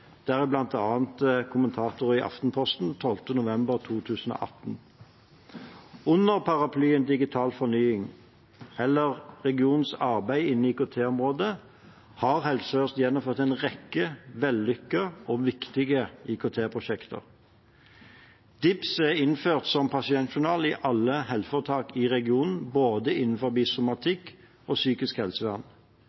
i Aftenposten 12. november 2018. Under paraplyen Digital fornying, eller regionens arbeid innen IKT-området, har Helse Sør-Øst gjennomført en rekke vellykkede og viktige IKT-prosjekter. DIPS er innført som pasientjournal i alle helseforetak i regionen, både